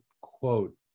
quote